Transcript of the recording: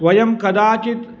वयं कदाचित्